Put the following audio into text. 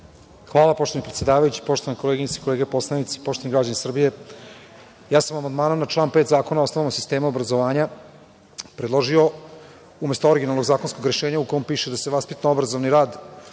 Hvala, poštovani predsedavajući. Poštovane koleginice i kolege poslanici, poštovani građani Srbije, ja sam amandmanom na član 5. Zakona o osnovama sistema obrazovanja predložio, umesto originalnog zakonskog rešenja u kom piše da se vaspitno-obrazovni rad